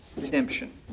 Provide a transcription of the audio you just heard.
redemption